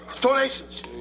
donations